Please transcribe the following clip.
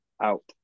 out